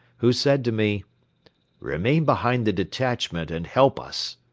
who said to me remain behind the detachment and help us.